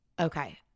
Okay